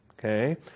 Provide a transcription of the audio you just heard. Okay